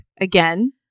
again